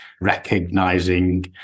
recognizing